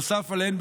נוסף עליהן,